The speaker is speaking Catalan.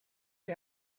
que